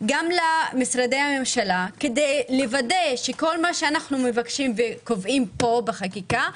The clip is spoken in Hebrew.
גם למשרדי הממשלה כדי לוודא שכל מה שאנו מבקשים וקובעים פה בחקיקה,